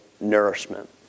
nourishment